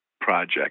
project